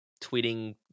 tweeting